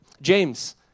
James